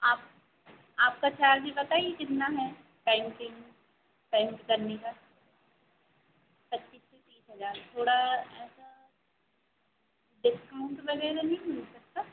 आप आपका चार्ज बताइए कितना है पेंटिंग पेंट करने का पच्चीस से तीस हज़ार थोड़ा ऐसा डिस्काउंट वग़ैरह नहीं मिल सकता